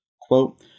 Quote